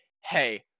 hey –